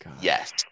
yes